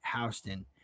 Houston